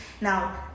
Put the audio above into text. Now